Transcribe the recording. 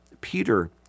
Peter